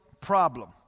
problem